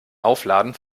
aufladen